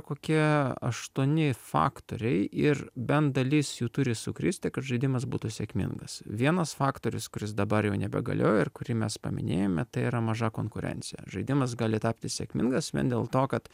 kokie aštuoni faktoriai ir bent dalis jų turi sukristi kad žaidimas būtų sėkmingas vienas faktorius kuris dabar jau nebegalioja ir kurį mes paminėjome tai yra maža konkurencija žaidimas gali tapti sėkmingas vien dėl to kad